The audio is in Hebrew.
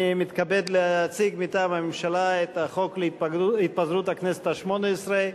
אני מתכבד להציג מטעם הממשלה את החוק להתפזרות הכנסת השמונה-עשרה.